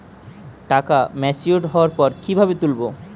টাকা ম্যাচিওর্ড হওয়ার পর কিভাবে তুলব?